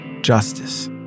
justice